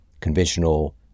conventional